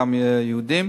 גם יהודים.